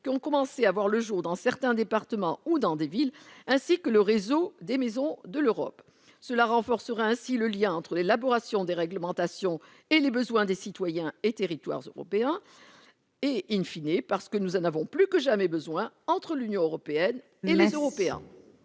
qui ont commencé à voir le jour dans certains départements ou dans des villes ainsi que le réseau des maisons de l'Europe, cela renforcera ainsi le lien entre l'élaboration des réglementations et les besoins des citoyens et territoires européens et, in fine, et parce que nous en avons plus que jamais besoin entre l'Union européenne et les Européens.